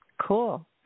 Cool